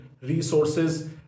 resources